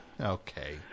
Okay